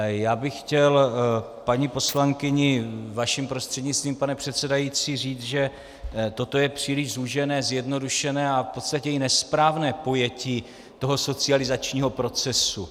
Já bych chtěl paní poslankyni vaším prostřednictvím, pane předsedající, říci, že toto je příliš zúžené, zjednodušené a v podstatě i nesprávné pojetí toho socializačního procesu.